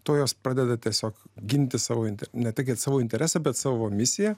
tuo jos pradeda tiesiog ginti savo ne tai kad savo interesą bet savo misiją